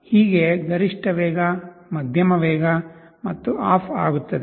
ಹೀಗೆ ಗರಿಷ್ಠ ವೇಗ ಮಧ್ಯಮ ವೇಗ ಮತ್ತು ಆಫ್ ಆಗುತ್ತದೆ